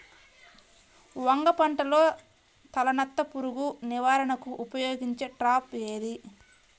వంగ పంటలో తలనత్త పురుగు నివారణకు ఉపయోగించే ట్రాప్ ఏది?